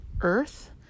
earth